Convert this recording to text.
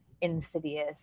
insidious